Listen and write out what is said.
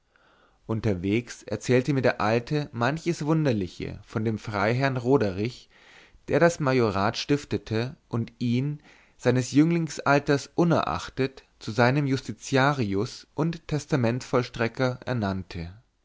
unterwegs erzählte mir der alte manches wunderliche von dem freiherrn roderich der das majorat stiftete und ihn seines jünglingsalters ungeachtet zu seinem justitiarius und testamentsvollstrecker ernannte